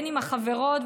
עם החברות,